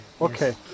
Okay